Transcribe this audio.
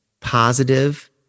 positive